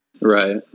Right